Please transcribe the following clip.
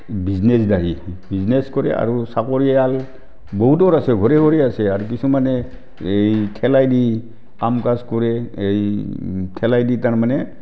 বিজনেছদাৰী business কৰে আৰু চাকৰিয়াল বহুতৰ আছে ঘৰে ঘৰে আছে আৰু কিছুমানে এই ঠেলাইদি কাম কাজ কৰে এই ঠেলাইদি তাৰমানে